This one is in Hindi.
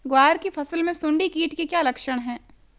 ग्वार की फसल में सुंडी कीट के क्या लक्षण है?